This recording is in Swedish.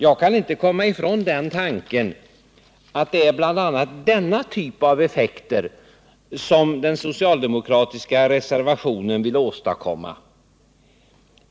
Jag kan inte komma ifrån den tanken att det är bl.a. denna typ av effekter som den socialdemokratiska reservationen vill åstadkomma.